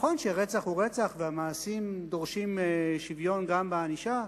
נכון שרצח הוא רצח והמעשים דורשים שוויון גם בענישה,